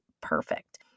perfect